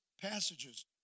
passages